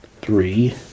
three